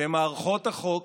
מערכות החוק